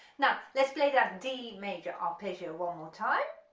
now let's play that d major arpeggio one more time,